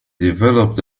developed